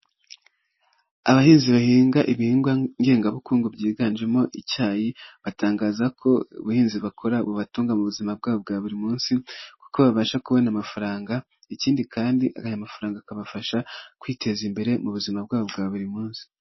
Abahinzi bahinga ibihingwa ngengabukungu byiganjemo icyayi, batangaza ko ubuhinzi bakora bubatunga mu buzima bwabo bwa buri munsi, kuko babasha kubona amafaranga, ikindi kandi aya mafaranga akabafasha kwiteza imbere mu buzima bwabo bwa buri munsi.